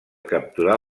capturar